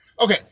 okay